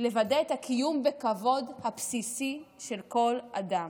את הקיום הבסיסי בכבוד של כל אדם.